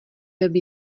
web